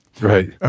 right